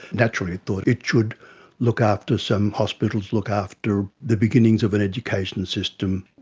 naturally it thought it should look after some hospitals, look after the beginnings of an education system.